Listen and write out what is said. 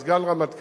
יש סגן רמטכ"ל,